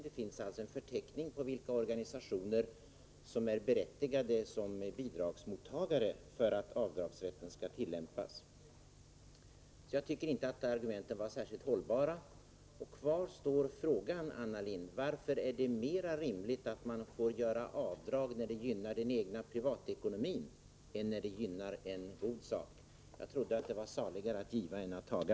Det finns alltså en förteckning över vilka organisationer som är berättigade som bidragsmottagare för att avdragsrätten skall tillämpas. Jag tycker inte att argumenten var särskilt hållbara, och kvar står frågan till Anna Lindh: Varför är det mera rimligt att man får göra avdrag när det gynnar den egna privatekonomin än när det gynnar en god sak? Jag trodde att det var saligare att giva än att taga.